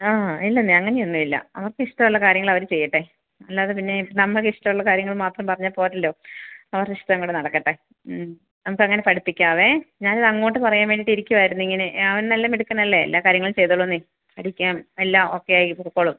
ആ ഇല്ലന്നേ അങ്ങനെ ഒന്നും ഇല്ല അവർക്ക് ഇഷ്ടമുള്ള കാര്യങ്ങൾ അവർ ചെയ്യട്ടെ അല്ലാതെ പിന്നേ നമ്മുടെ ഇഷ്ടമുള്ള കാര്യങ്ങൾ മാത്രം പറഞ്ഞാൽ പോരല്ലൊ അവരുടെ ഇഷ്ടങ്ങളും നടക്കട്ടെ നമുക്ക് അങ്ങനെ പഠിപ്പിക്കാമേ ഞാൻ ഇത് അങ്ങോട്ട് പറയാൻ വേണ്ടി ഇരിക്കുകയായിരുന്നു ഇങ്ങനെ അവൻ നല്ലമിടുക്കനല്ലേ എല്ലാ കാര്യങ്ങളും ചെയ്തോളും പഠിക്കുകയും എല്ലാം ഓക്കെ ആയി പോയിക്കോളും